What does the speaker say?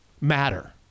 matter